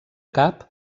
cap